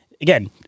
again